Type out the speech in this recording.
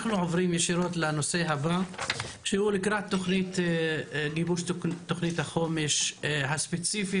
אנחנו עוברים ישירות לנושא הבא שהוא לקראת גיבוש תוכנית החומש הספציפית